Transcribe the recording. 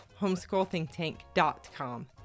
homeschoolthinktank.com